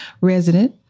resident